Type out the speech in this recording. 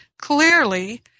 Clearly